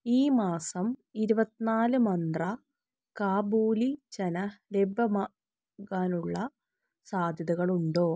ഈ മാസം ഇരുപത്തിനാല് മന്ത്ര കാബൂലി ചന ലഭ്യമാകാനുള്ള സാധ്യതകളുണ്ടോ